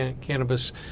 cannabis